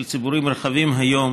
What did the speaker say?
של ציבורים רחבים היום